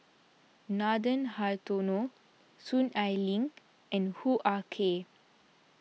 Nathan Hartono Soon Ai Ling and Hoo Ah Kay